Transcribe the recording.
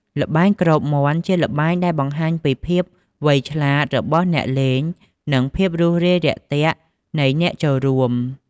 ល្បែងគ្របមាន់ជាល្បែងដែលបង្ហាញពី ភាពវៃឆ្លាត របស់អ្នកលេង និង ភាពរួសរាយរាក់ទាក់ នៃអ្នកចូលរួម។